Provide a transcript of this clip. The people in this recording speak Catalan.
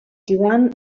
joan